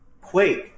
Quake